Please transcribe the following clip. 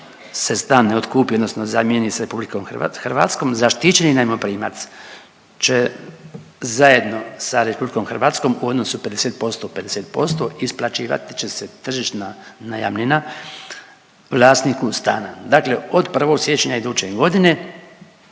se stan ne otkupi, odnosno zamjeni sa Republikom Hrvatskom zaštićeni najmoprimac će zajedno sa Republikom Hrvatskom u odnosu 50 posto 50 posto isplaćivati će se tržišna najamnina vlasniku stana. Dakle, od 1. siječnja iduće godine